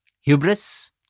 Hubris